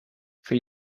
fill